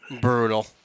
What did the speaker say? brutal